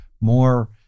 more